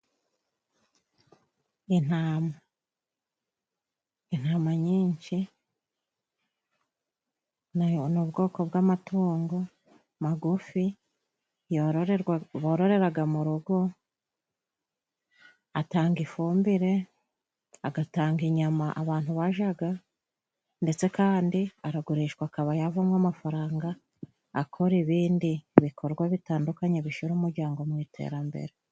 Intama intama nyinshi nayo ni ubwoko bw'amatungo magufi wbororeraga mu rugo atanga ifumbire agatanga inyama abantu bajaga ndetse kandi aragurishwa akaba yavamo amafaranga akore ibindi bikorwa bitandukanye bishira umuryango mu iterambere.